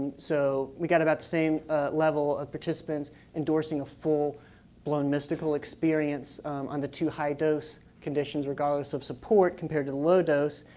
so we got about the same level of participants endorsing a full-blown mystical experience on the two high dose conditions regardless of support, compared to the low dose.